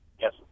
Yes